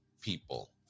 people